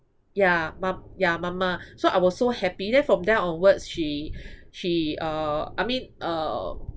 ya ma~ ya mama so I was so happy then from then onward she she uh I mean uh